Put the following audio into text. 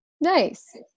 Nice